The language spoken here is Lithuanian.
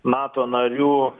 nato narių